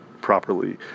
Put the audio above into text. properly